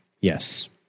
Yes